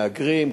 מהגרים,